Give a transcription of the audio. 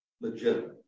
legitimate